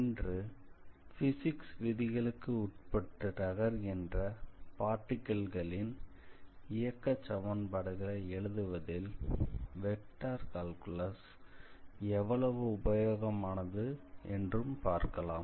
இன்று ஃபிசிக்ஸ் விதிகளுக்கு உட்பட்டு நகர்கின்ற பார்ட்டிகிள்களின் இயக்க சமன்பாடுகளை எழுதுவதில் வெக்டார் கால்குலஸ் எவ்வளவு உபயோகமானது என்றும் பார்க்கலாம்